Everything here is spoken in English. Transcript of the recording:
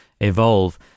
evolve